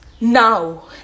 now